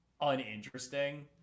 uninteresting